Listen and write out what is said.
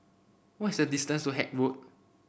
what is the distance to Haig Road